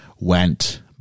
went